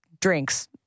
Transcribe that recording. drinks